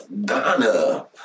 Donna